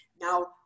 Now